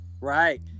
Right